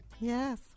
yes